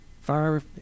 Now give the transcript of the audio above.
fire